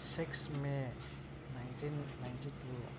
six may nineteen ninety two